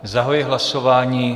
Zahajuji hlasování.